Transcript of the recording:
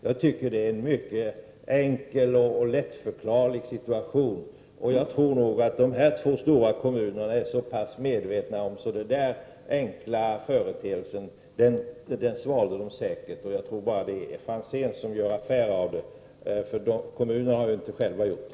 Jag tycker att det är en mycket enkel och lättfattlig situation. Jag tror att man i de stora kommuner som det gäller är så medveten att man säkerligen sväljer sådana villkor. Jag tror att det bara är Franzén som gör affär av saken. Kommunerna har inte själva gjori det.